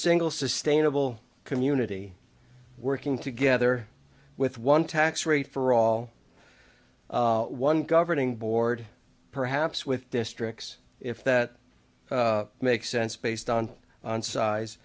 single sustainable community working together with one tax rate for all one governing board perhaps with districts if that makes sense based on